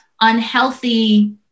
unhealthy